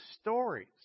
stories